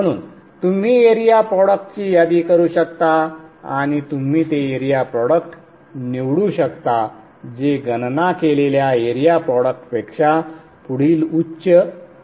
म्हणून तुम्ही एरिया प्रॉडक्टची यादी करू शकता आणि तुम्ही ते एरिया प्रॉडक्ट निवडू शकता जे गणना केलेल्या एरिया प्रॉडक्टपेक्षा पुढील उच्च आहे